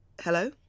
Hello